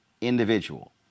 individual